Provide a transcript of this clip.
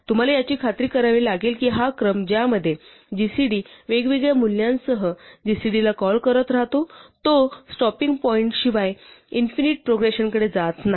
तुम्हाला याची खात्री करावी लागेल की हा क्रम ज्यामध्ये gcd वेगवेगळ्या मूल्यांसह gcd ला कॉल करत राहतो तो स्टोपिंग पॉईंट शिवाय इन्फिनिट प्रोग्रेशनकडे जात नाही